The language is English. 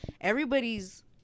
everybody's